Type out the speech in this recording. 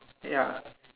ya